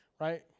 right